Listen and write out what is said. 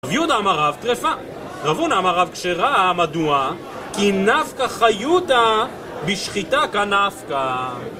רב יהודה אמר רב: טרפה, רב הונא אמר רב: כשרה, מדוע? כי נפקא חיותה בשחיטה כנפקא